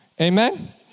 Amen